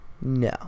No